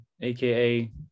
aka